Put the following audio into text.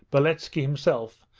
beletski himself,